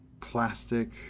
plastic